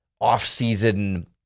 off-season